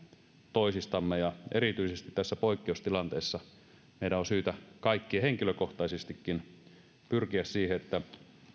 toisistamme ja erityisesti tässä poikkeustilanteessa meidän on syytä kaikkien henkilökohtaisestikin pyrkiä siihen että